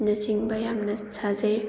ꯅꯆꯤꯡꯕ ꯌꯥꯝꯅ ꯁꯥꯖꯩ